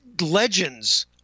legends